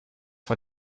for